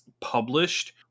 published